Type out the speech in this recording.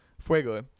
Fuego